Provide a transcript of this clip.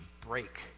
break